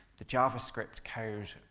the javascript code,